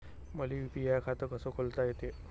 मले यू.पी.आय खातं कस खोलता येते?